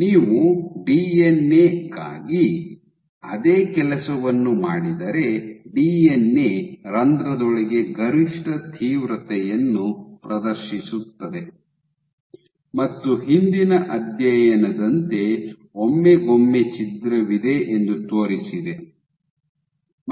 ನೀವು ಡಿಎನ್ಎ ಗಾಗಿ ಅದೇ ಕೆಲಸವನ್ನು ಮಾಡಿದರೆ ಡಿಎನ್ಎ ರಂಧ್ರದೊಳಗೆ ಗರಿಷ್ಠ ತೀವ್ರತೆಯನ್ನು ಪ್ರದರ್ಶಿಸುತ್ತದೆ ಮತ್ತು ಹಿಂದಿನ ಅಧ್ಯಯನದಂತೆ ಒಮ್ಮೆಗೊಮ್ಮೆ ಛಿದ್ರವಿದೆ ಎಂದು ತೋರಿಸಿದೆ